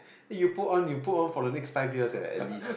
then you put on you put on for the next first years eh at least